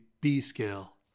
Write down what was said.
B-scale